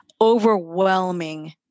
overwhelming